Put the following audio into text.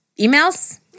emails